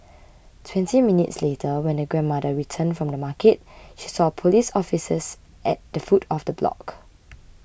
twenty minutes later when the grandmother returned from the market she saw police officers at the foot of the block